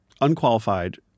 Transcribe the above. Unqualified